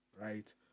right